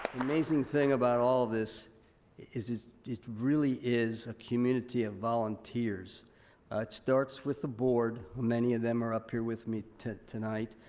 amazing thing about all this is is it really is a community of volunteers. it starts with the board, many of them are up here with me tonight,